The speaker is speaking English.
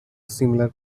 similar